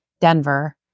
Denver